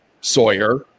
Sawyer